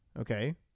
okay